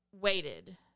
waited